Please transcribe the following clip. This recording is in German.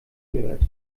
gehört